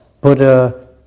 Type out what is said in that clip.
Buddha